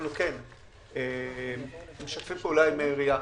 אנחנו כן משתפים פעולה עם העירייה.